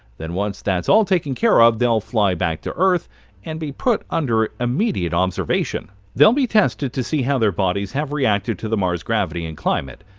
then, once that's all taken care of, they'll fly back to earth and be put under immediate observation. they'll be tested to see how their bodies have reacted to the mars gravity and climate,